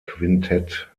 quintett